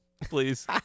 Please